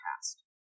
past